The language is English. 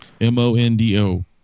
M-O-N-D-O